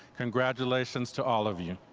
congratulations to all of you.